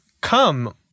come